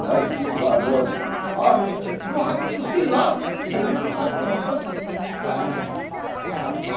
बैसकी कर रोज आओर दू हाथ कुस्ती लड़ शरीर स्वस्थ रहतौ अँए आओर